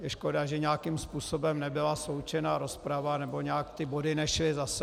Je škoda, že nějakým způsobem nebyla sloučena rozprava nebo nějak ty body nešly za sebou